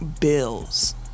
Bills